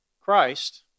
Christ